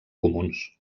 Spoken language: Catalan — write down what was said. comuns